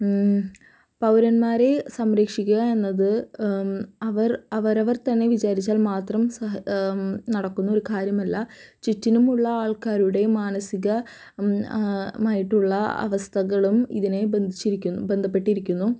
പൗരൻന്മാരെ സംരക്ഷിക്കുക എന്നത് അവർ അവരവർ തന്നെ വിചാരിച്ചാൽ മാത്രം സഹ നടക്കുന്നൊരു കാര്യമല്ല ചുറ്റിനും ഉള്ള ആൾക്കാരുടേയും മാനസിക മായിട്ടുള്ള അവസ്ഥകളും ഇതിനെ ബന്ധിച്ചിരിക്കുന്നു ബന്ധപ്പെട്ടിരിക്കുന്നു